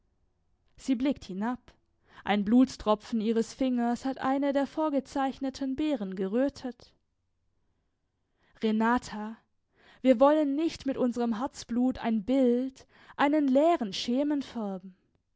sie blickt hinab ein blutstropfen ihres fingers hat eine der vorgezeichneten beeren gerötet renata wir wollen nicht mit unserem herzblut ein bild einen leeren schemen färben